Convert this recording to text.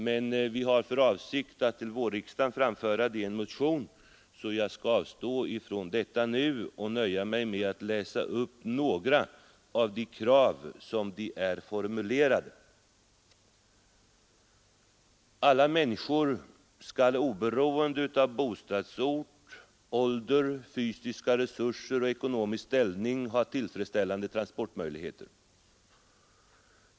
Men vi har för avsikt att till vårriksdagen framföra det i en motion, så jag skall avstå från detta nu och nöja mig med att läsa upp några av våra krav som de är formulerade: Alla människor skall oberoende av bostadsort, ålder, fysiska resurser och ekonomisk ställning ha tillfredsställande transportmöjligheter.